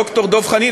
ד"ר דב חנין,